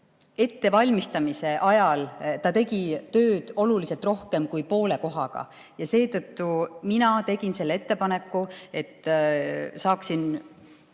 ettevalmistamise ajal tegi ta tööd oluliselt rohkem kui poole kohaga. Seetõttu mina tegin selle ettepaneku, et saaksin